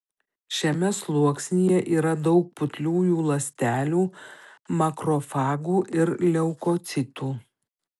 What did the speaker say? šiame sluoksnyje yra daug putliųjų ląstelių makrofagų ir leukocitų